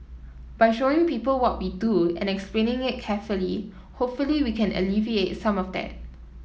by showing people what we do and explaining it carefully hopefully we can alleviate some of that